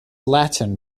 latin